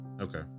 Okay